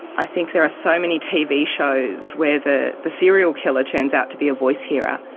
i think there are so many tv shows where the the serial killer turns out to be a voice hearer.